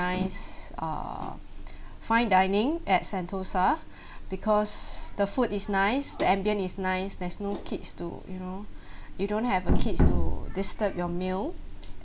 uh fine dining at sentosa because the food is nice the ambience is nice there's no kids to you know you don't have a kids to disturb your meal